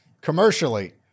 commercially